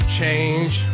change